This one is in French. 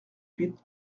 huit